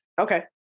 okay